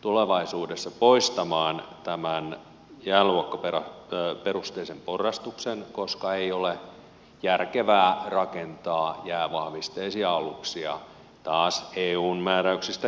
tulevaisuudessa poistamaan tämän jääluokkaperusteisen porrastuksen koska ei ole järkevää rakentaa jäävahvisteisia aluksia taas eun määräyksistä johtuen